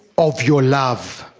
of your love